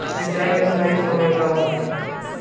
सिंचाई के सही समय का होखे?